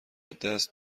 دست